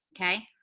okay